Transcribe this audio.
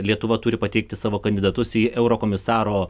lietuva turi pateikti savo kandidatus į eurokomisaro